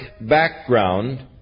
background